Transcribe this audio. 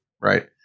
right